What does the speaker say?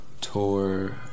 tour